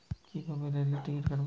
কিভাবে রেলের টিকিট কাটব?